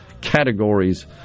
categories